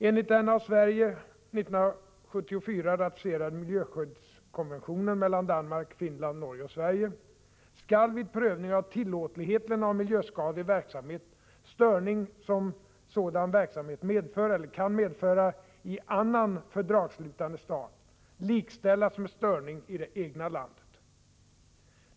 Enligt den av Sverige 1974 ratificerade miljöskyddskonventionen mellan Danmark, Finland, Norge och Sverige skall vid prövning av tillåtligheten av miljöskadlig verksamhet störning som sådan verksamhet medför eller kan medföra i annan fördragsslutande stat likställas med störning i det egna landet.